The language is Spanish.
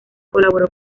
colaboró